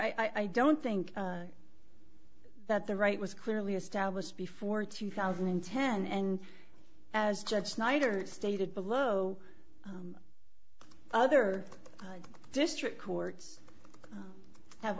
i don't think that the right was clearly established before two thousand and ten and as judge snyder stated below other district courts have